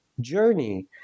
Journey